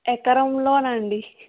ఎకరంలో నండి